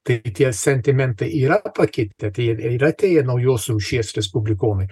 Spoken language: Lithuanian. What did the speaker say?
tai tie sentimentai yra pakitę tai yra tie jie naujos rūšies respublikonai